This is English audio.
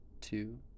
two